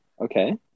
Okay